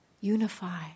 unify